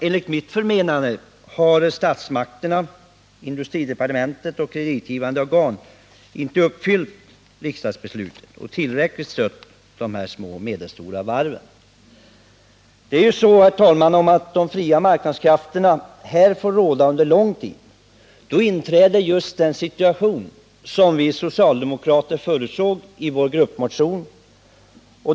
Enligt mitt förmenande har statsmakterna, industridepartementet och kreditgivande organ inte uppfyllt riksdagsbeslutet och alltså inte tillräckligt stött de små och medelstora varven. Är det inte så, herr talman, att de fria marknadskrafterna här fått råda under lång tid? Nu inträder just den situation som vi socialdemokrater förutsåg i vår gruppmotion.